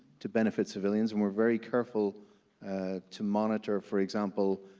to benefit civilians, and we're very careful ah to monitor, for example,